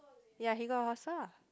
ya he got a hostel lah